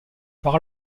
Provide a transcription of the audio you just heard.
par